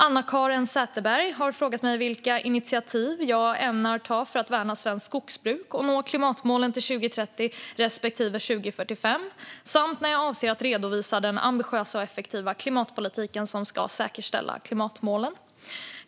Anna-Caren Sätherberg har frågat mig vilka initiativ jag ämnar ta för att värna svenskt skogsbruk och nå klimatmålen till 2030 respektive 2045 och när jag avser att redovisa den utlovade ambitiösa och effektiva klimatpolitik som ska säkerställa klimatmålen.